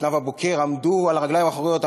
נאוה בוקר עמדו על הרגליים האחוריות,